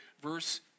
verse